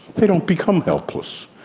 they don't become helpless.